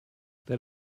that